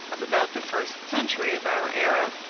of about the first century of our era.